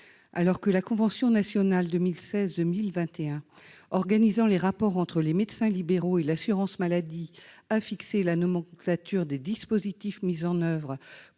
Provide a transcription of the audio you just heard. Alors que la convention nationale 2016-2021 organisant les rapports entre les médecins libéraux et l'assurance maladie a fixé la nomenclature des dispositifs mis en oeuvre